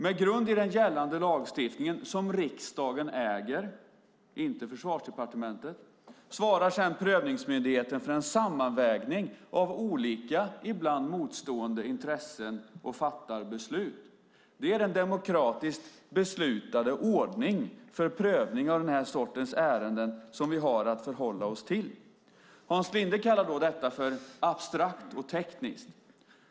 Med grund i den gällande lagstiftningen som riksdagen äger, inte Försvarsdepartementet, svarar sedan prövningsmyndigheten för en sammanvägning av olika, ibland motstående, intressen och fattar beslut. Det är den demokratiskt beslutade ordning för prövning av den här sortens ärenden som vi har att förhålla oss till. Hans Linde kallar detta för abstrakt och tekniskt.